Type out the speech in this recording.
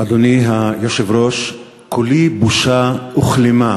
אדוני היושב-ראש, כולי בושה וכלימה